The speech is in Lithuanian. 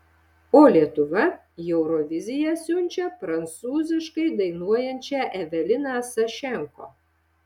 o lietuva į euroviziją siunčia prancūziškai dainuojančią eveliną sašenko